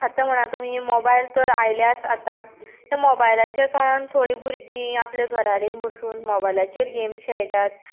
आतां म्हणा तुमी मोबायल तर आयल्याच आतां तर मोबायलाच्या काळांत थोडीं भुरगीं आपल्या घरा कडेन बसून मोबायलाचेर गॅम्स खेळटात